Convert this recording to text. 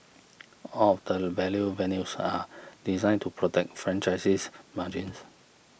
all of the value menus are designed to protect franchisees margins